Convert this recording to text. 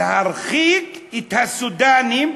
להרחיק את הסודאנים.